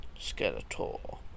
Skeletor